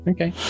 Okay